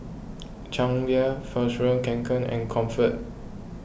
Chang Beer Fjallraven Kanken and Comfort